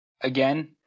again